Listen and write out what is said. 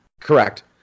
Correct